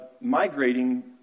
migrating